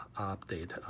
update